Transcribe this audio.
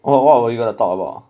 what what were you gonna talk about